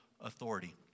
authority